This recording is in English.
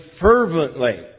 fervently